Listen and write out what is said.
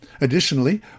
Additionally